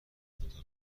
دوتا